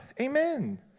Amen